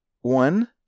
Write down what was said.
One